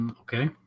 Okay